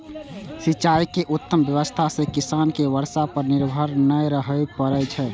सिंचाइ के उत्तम व्यवस्था सं किसान कें बर्षा पर निर्भर नै रहय पड़ै छै